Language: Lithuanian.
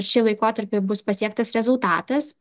šį laikotarpį bus pasiektas rezultatas